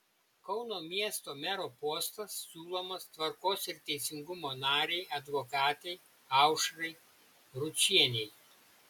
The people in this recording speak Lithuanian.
kauno miesto mero postas siūlomas tvarkos ir teisingumo narei advokatei aušrai ručienei